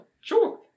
Sure